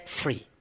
free